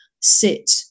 sit